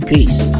Peace